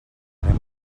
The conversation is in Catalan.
anem